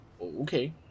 Okay